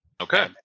Okay